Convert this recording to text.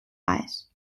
ice